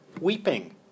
weeping